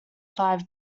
five